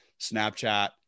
Snapchat